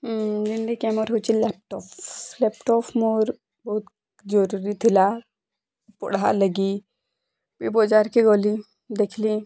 ଯେନ୍ତି କି ଆମର୍ ହୋଉଛି ଲାପଟପ୍ ଲାପଟପ୍ ମୋର୍ ବହୁତ୍ ଜରୁରୀ ଥିଲା ପଢ଼ା ଲାଗି ବି ବଜାର୍ କେ ଗଲି ଦେଖଲିଁ